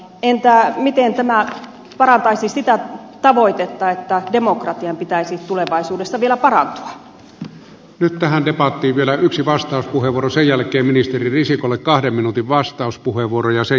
entä miten tämä parantaisi sitä tavoitetta että demokratian pitäisi tulevaisuudessa vielä yksi vastauspuheenvuoro sen jälkeen ministeri risikolle kahden minuutin vastauspuheenvuoroja parantua